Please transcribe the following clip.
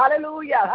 hallelujah